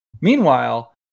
Meanwhile